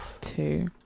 Two